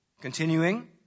Continuing